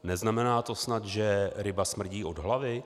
Neznamená to snad, že ryba smrdí od hlavy?